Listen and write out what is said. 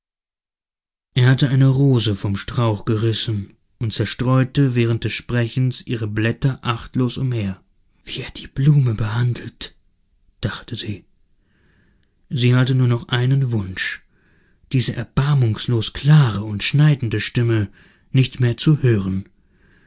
er hatte eine rose vom strauch gerissen und zerstreute während des sprechens ihre blätter achtlos umher wie er die blume behandelt dachte sie sie hatte nur noch einen wunsch diese erbarmungslos klare und schneidende stimme nicht mehr zu hören